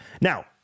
Now